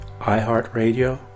iHeartRadio